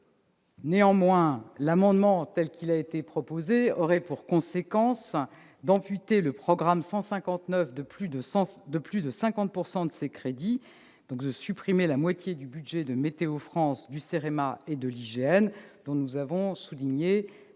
Néanmoins, ces amendements, tels qu'ils sont proposés, auraient pour conséquence d'amputer le programme 159 de plus de 50 % de ses crédits. Serait ainsi supprimée la moitié du budget de Météo France, du CEREMA et de l'IGN, dont nous avons pourtant